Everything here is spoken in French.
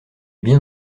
bien